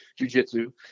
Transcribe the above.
jujitsu